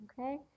okay